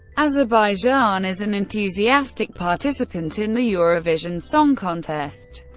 azerbaijan is an enthusiastic participant in the eurovision song contest.